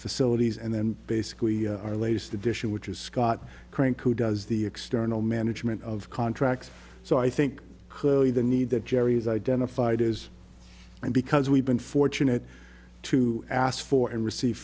facilities and then basically our latest addition which is scott crank who does the external management of contracts so i think the need that jerry has identified is because we've been fortunate to ask for and receive